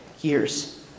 years